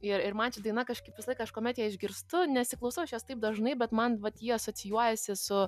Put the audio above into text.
ir ir man ši daina kažkaip visą laiką aš kuomet ją išgirstu nesiklausau aš jos taip dažnai bet man vat ji asocijuojasi su